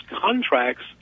contracts